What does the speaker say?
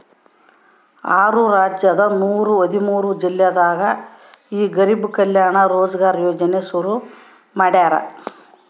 ಆರು ರಾಜ್ಯದ ನೂರ ಹದಿಮೂರು ಜಿಲ್ಲೆದಾಗ ಈ ಗರಿಬ್ ಕಲ್ಯಾಣ ರೋಜ್ಗರ್ ಯೋಜನೆ ಶುರು ಮಾಡ್ಯಾರ್